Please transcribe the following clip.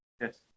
Yes